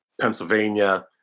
Pennsylvania